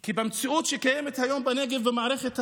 כי במציאות שקיימת היום בנגב במערכת החינוך,